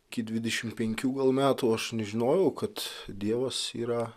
iki dvidešim penkių metų aš nežinojau kad dievas yra